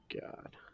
God